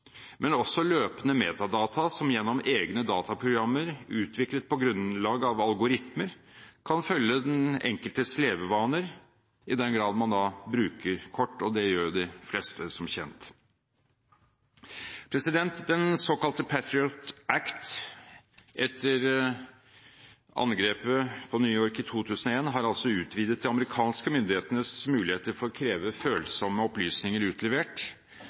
men også løpende metadata som gjennom egne dataprogrammer utviklet på grunnlag av algoritmer kan følge den enkeltes levevaner i den grad man bruker kort, og det gjør jo de fleste, som kjent. Den såkalte Patriot Act etter angrepet på New York i 2001 har utvidet de amerikanske myndighetenes muligheter for å kreve følsomme opplysninger utlevert,